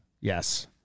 Yes